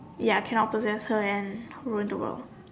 ya cannot possess her and ruin the world